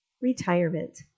Retirement